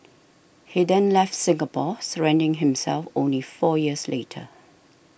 he then left Singapore surrendering himself only four years later